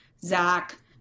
Zach